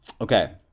okay